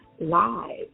Live